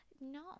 No